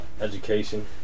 Education